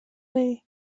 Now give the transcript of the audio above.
veí